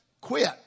quit